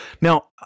now